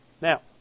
Now